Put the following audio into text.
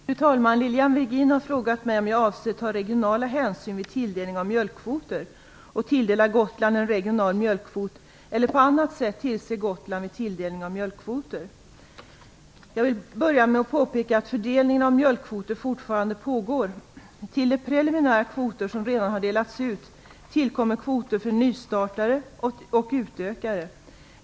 Fru talman! Lilian Virgin har frågat mig om jag avser att ta regionala hänsyn vid tilldelningen av mjölkkvoter och tilldela Gotland en regional mjölkkvot eller på annat sätt tillgodose Gotland vid tilldelningen av mjölkkvoter. Jag vill börja med att påpeka att fördelningen av mjölkkvoter fortfarande pågår. Till de preliminära kvoter som redan har delats ut tillkommer kvoter för nystartare och utökare.